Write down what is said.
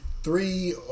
three